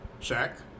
Shaq